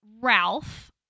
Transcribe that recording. Ralph